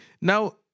now